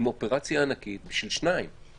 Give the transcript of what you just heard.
עם אופרציה ענקית בשביל שניים.